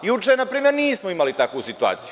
Juče, na primer, nismo imali takvu situaciju.